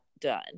done